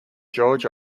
george